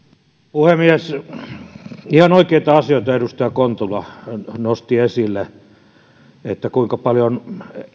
puhemies ihan oikeita asioita edustaja kontula nosti esille että kuinka paljon